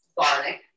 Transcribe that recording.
garlic